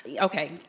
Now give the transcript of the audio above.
Okay